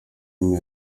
n’imwe